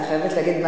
אני חייבת להגיד,